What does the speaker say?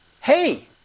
hey